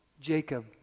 Jacob